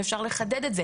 ואפשר לחדד את זה